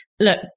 look